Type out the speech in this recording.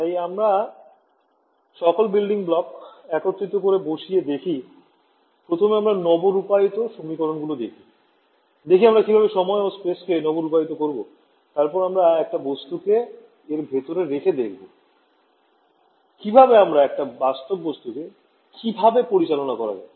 তাই সব Building Block গুলো একসাথে করে বসিয়ে দেখবো প্রথমে আমরা আপডেট সমীকরণগুলো দেখবো কিভাবে সময় ও স্পেস কে আপডেট করবো তারপর আমরা একটা বস্তু কে এর ভেতরে রাখবো আর দেখবো কিভাবে আমরা একটা বাস্তব বস্তু কে কিভাবে পরিচালনা করা যায়